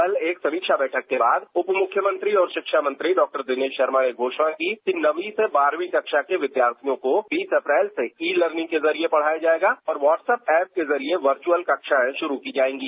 कल एक समीक्षा बैठक के बाद उपमुख्यमंत्री और शिक्षा मंत्री डॉ दिनेश शर्मा ने यह घोषणा की कि नवीं से बारहवीं कक्षा के विद्यार्थियों को बीस अप्रैल से ई लर्निंग के जरिये पढ़ाया जाएगा और व्हाट्स ऐप के जरिये वर्चुअल कक्षाएं शुरू की जाएंगी